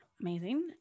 Amazing